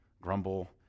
grumble